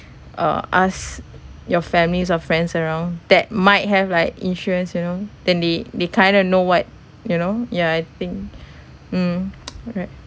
uh ask your families or friends around that might have like insurance you know then they they kind of know what you know yeah I think mm alright